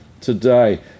today